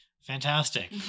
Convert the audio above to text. fantastic